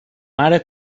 mare